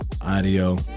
Audio